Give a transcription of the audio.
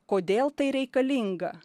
kodėl tai reikalinga